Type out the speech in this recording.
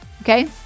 okay